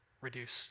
reduced